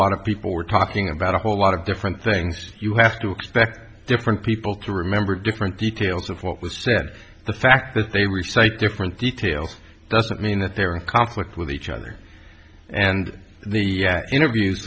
lot of people were talking about a whole lot of different things you have to expect different people to remember different details of what was said the fact that they recites different details doesn't mean that they're in conflict with each other and the interviews